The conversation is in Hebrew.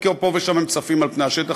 אם כי פה ושם הם צפים על פני השטח,